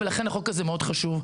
לכן החוק הזה מאוד חשוב.